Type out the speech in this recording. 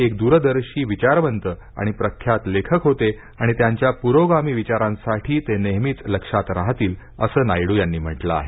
एक दूरदर्शी विचारवंत आणि प्रख्यात लेखक होते आणि त्यांच्या पुरोगामी विचारांसाठी ते नेहमीच लक्षात राहतील असं नायडू यांनी म्हटलं आहे